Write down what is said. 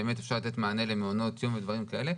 באמת אפשר לתת מענה למעונות יום ולדברים כאלה,